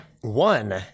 One